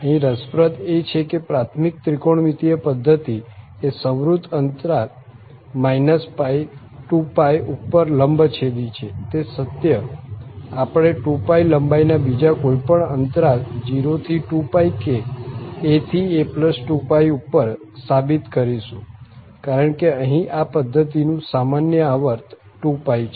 અહીં રસપ્રદ એ છે કે પ્રાથમિક ત્રિકોણમિતિય પધ્ધતિ એ સંવૃત અંતરાલ ππ ઉપર લંબછેદી છે તે સત્ય આપણે 2π લંબાઈ ના બીજા કોઈ પણ અંતરાલ 0 2π કે aa2π ઉપર સાબિત કરીશું કારણ કે અહીં આ પધ્ધતિનું સામાન્ય આવર્ત 2π છે